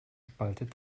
spaltet